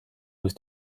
was